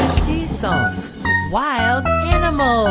see? song wild animals